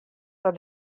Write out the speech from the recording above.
foar